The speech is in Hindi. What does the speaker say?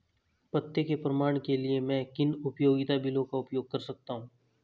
पते के प्रमाण के लिए मैं किन उपयोगिता बिलों का उपयोग कर सकता हूँ?